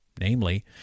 namely